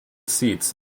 seats